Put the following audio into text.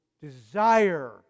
desire